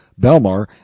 Belmar